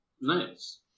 Nice